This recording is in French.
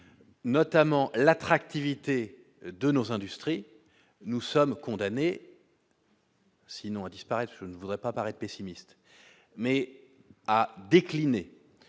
notamment l'attractivité de nos industries, nous sommes condamnés. Sinon à disparaître, je ne voudrais pas paraître pessimiste mais a décliné,